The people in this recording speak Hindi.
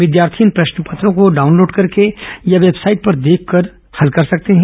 विद्यार्थी इस प्रश्नपत्रों को डाउनलोड करके या वेबसाइट पर देखकर हल कर सकते हैं